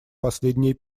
последние